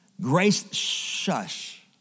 Grace-shush